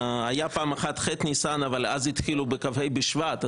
פעם אחת היה ח' ניסן אבל אז התחילו בכ"ה בשבט,